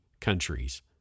countries